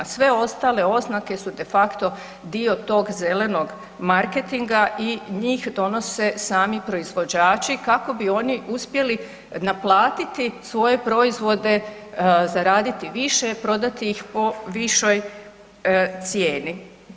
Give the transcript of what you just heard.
Sve ostale oznake su de facto dio tog zelenog marketinga i njih donose sami proizvođači kako bi oni uspjeli naplatiti svoje proizvode, zaraditi više, prodati ih po višoj cijeni.